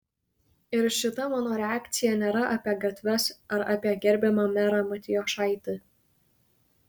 ir šita mano reakcija nėra apie gatves ar apie gerbiamą merą matijošaitį